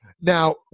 Now